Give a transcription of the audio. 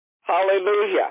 Hallelujah